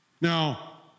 Now